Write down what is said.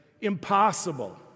impossible